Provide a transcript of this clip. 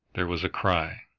there was a cry.